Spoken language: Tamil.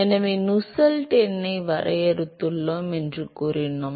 எனவே நாங்கள் நுசெல்ட் எண்ணை வரையறுத்துள்ளோம் என்று கூறினோம்